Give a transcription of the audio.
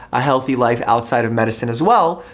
a healthy life, outside of medicine as well,